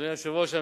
אדוני היושב-ראש,